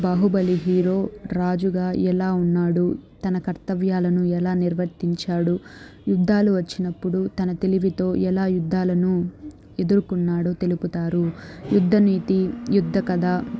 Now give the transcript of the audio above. Baahubali hero రాజుగా ఎలా ఉన్నాడు తన కర్తవ్యాలను ఎలా నిర్వర్తించాడు యుద్ధాలు వచ్చినప్పుడు తన తెలివితో ఎలా యుద్ధాలను ఎదుర్కున్నాడో తెలుపుతారు యుద్ధనీతి యుద్ద కథా